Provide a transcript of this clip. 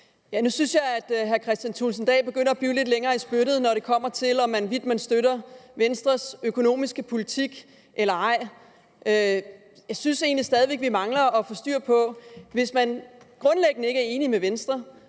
Nu synes jeg, at hr. Kristian Thulesen Dahl begynder at blive lidt længere i spyttet, når det kommer til, om man støtter Venstres økonomiske politik eller ej. Jeg synes egentlig, at vi stadig væk mangler at få styr på det. Hvis man grundlæggende ikke er enig med Venstre